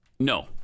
No